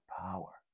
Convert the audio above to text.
power